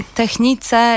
technice